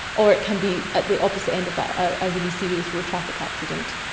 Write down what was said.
or it can be at the opposite end of that, a really serious road traffic accident.